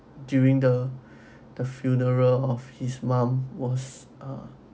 during the the funeral of his mom was uh